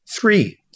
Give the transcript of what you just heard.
three